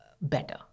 better